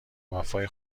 وفای